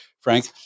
Frank